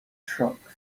truck